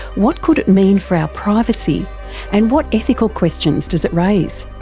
what could it mean for our privacy and what ethical questions does it raise?